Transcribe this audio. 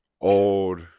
old